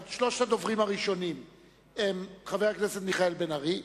שלושת הדוברים הראשונים הם חבר הכנסת מיכאל בן-ארי,